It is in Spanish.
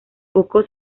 poco